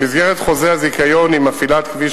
במסגרת חוזה הזיכיון עם מפעילת כביש